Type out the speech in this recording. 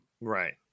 right